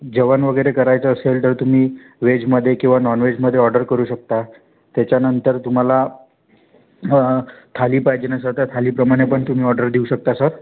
जेवण वगैरे करायचं असेल तर तुम्ही वेजमध्ये किंवा नॉन वेजमध्ये ऑर्डर करू शकता त्याच्यानंतर तुम्हाला हं थाळी पाहिजे ना सर तर थाळीप्रमाणे पण तुम्ही ऑर्डर देऊ शकता सर